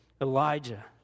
Elijah